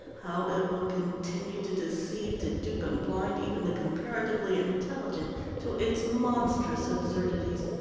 how it will continue to deceive, to dupe, and blind even the comparatively intelligent to its monstrous absurdities.